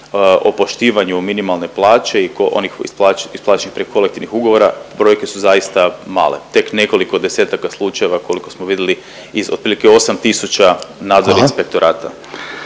o poštivanju minimalne plaće i onih isplaćenih preko kolektivnih ugovora, brojke su zaista male tek nekoliko desetaka slučajeva koliko smo vidli iz otprilike osam tisuća …/Upadica